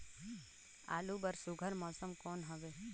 आलू बर सुघ्घर मौसम कौन हवे?